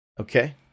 Okay